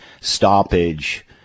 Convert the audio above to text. stoppage